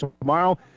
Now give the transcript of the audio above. tomorrow